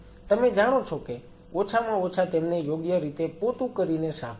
તમે જાણો છો કે ઓછામાં ઓછા તેમને યોગ્ય રીતે પોતું કરીને સાફ કરો